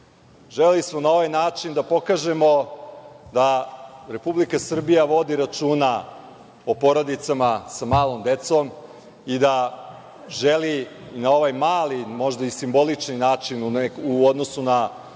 smo na ovaj način da pokažemo da Republika Srbija vodi računa o porodicama sa malom decom i da želi na ovaj mali, možda i simboličan način, u odnosu na